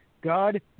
God